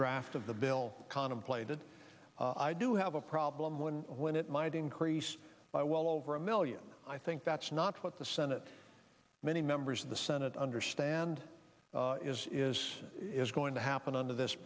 draft of the bill contemplated i do have a problem when when it might increase by well over a million i think that's not what the senate many members of the senate understand is is is going to happen under this